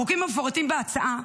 החוקים המפורטים בהצעה,